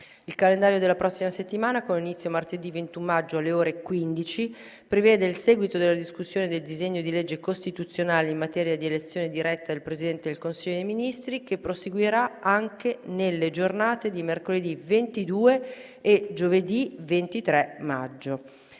Il calendario della prossima settimana, con inizio martedì 21 maggio, alle ore 15, prevede il seguito della discussione del disegno di legge costituzionale in materia di elezione diretta del Presidente del Consiglio dei ministri, che proseguirà anche nelle giornate di mercoledì 22 e giovedì 23 maggio.